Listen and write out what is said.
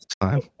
time